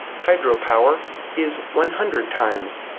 hydropower is one hundred times.